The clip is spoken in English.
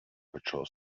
patrol